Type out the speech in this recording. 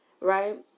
Right